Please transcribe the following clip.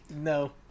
No